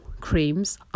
creams